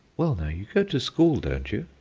well now, you go to school, don't you?